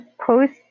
post